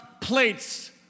plates